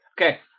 Okay